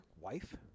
wife